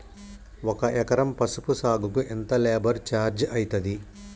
ఒక ఎకరం పసుపు సాగుకు ఎంత లేబర్ ఛార్జ్ అయితది?